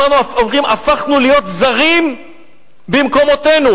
הפכנו להיות זרים במקומותינו,